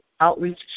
outreach